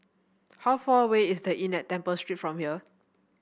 how far away is The Inn at Temple Street from here